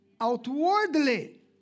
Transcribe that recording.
outwardly